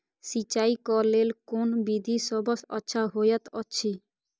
सिंचाई क लेल कोन विधि सबसँ अच्छा होयत अछि?